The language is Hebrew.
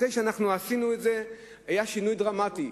אחרי שעשינו את זה היה שינוי דרמטי.